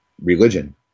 religion